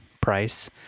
price